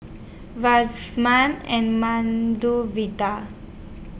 and Medu Vada